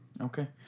Okay